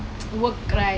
me ah